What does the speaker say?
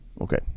okay